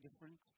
different